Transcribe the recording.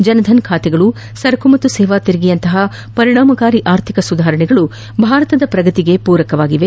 ಜನ್ಧನ್ ಖಾತೆಗಳು ಸರಕು ಮತ್ತು ಸೇವಾ ತೆರಿಗೆಯಂಥ ಪರಿಣಾಮಕಾರಿ ಆರ್ಥಿಕ ಸುಧಾರಣೆಗಳು ಭಾರತದ ಪ್ರಗತಿಗೆ ಮೂರಕವಾಗಿವೆ